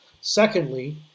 Secondly